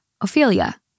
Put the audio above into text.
Ophelia